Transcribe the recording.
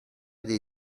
dei